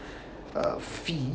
uh fee